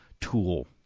tool